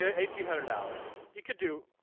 ah eighteen hundred dollars you could do.